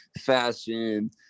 fashion